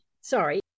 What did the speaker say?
sorry